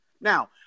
Now